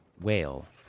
whale